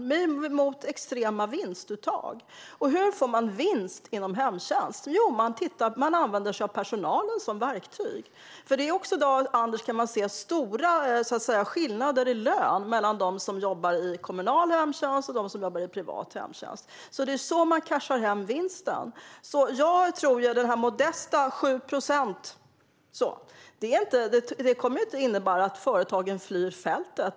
Vi är emot extrema vinstuttag. Och hur får man vinst inom hemtjänst? Jo, man använder personalen som verktyg, för det är stora skillnader i lön mellan dem som jobbar i kommunal hemtjänst och dem som jobbar i privat hemtjänst. Det är så man cashar hem vinsten. Jag tror att modesta 7 procent inte kommer att innebära att företagen flyr fältet.